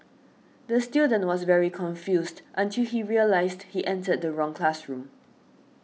the student was very confused until he realised he entered the wrong classroom